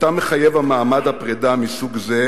שמחייב מעמד פרידה מסוג זה,